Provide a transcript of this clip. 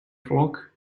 flock